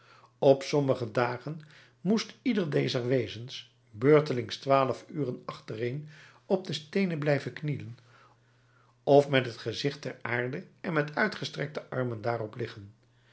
op sommige dagen moest ieder dezer wezens beurtelings twaalf uren achtereen op de steenen blijven knielen of met het gezicht ter aarde en met uitgestrekte armen daarop liggen